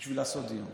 בשביל לעשות דיון,